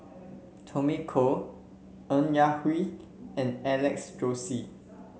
Tommy Koh Ng Yak Whee and Alex Josey